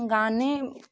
गाने